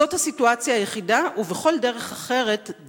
זו הסיטואציה היחידה שבה "מותר"